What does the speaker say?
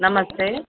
नमस्ते